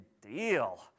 deal